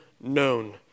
known